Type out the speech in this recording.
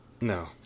No